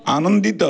ଆନନ୍ଦିତ